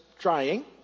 trying